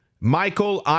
Michael